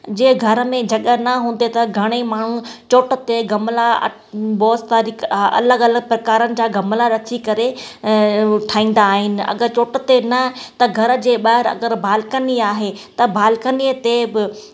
जे घर में जॻहि न हूंदे त घणेई माण्हू चोट ते गमला बोस ताईं अलॻि अलॻि प्रक्रारनि जा गमला रखी करे ऐं ठाहींदा आहिनि अगरि चोट ते न त घर जे ॿाहिरि अगरि बालकनी आहे त बालकनीअ ते बि